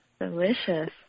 delicious